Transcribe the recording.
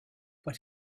but